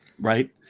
Right